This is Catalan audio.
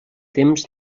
temps